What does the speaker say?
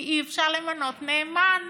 כי אי-אפשר למנות נאמן.